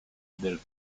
del